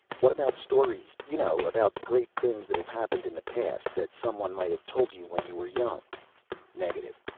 what about stories you know, about great things that have happened in the past, that someone might have told you when you were young negative.